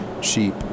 sheep